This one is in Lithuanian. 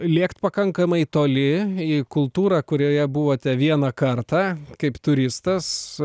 lėkt pakankamai toli į kultūrą kurioje buvote vieną kartą kaip turistas